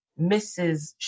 Mrs